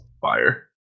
Fire